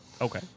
Okay